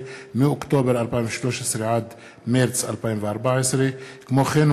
מאוקטובר 2013 עד מרס 2014. כמו כן,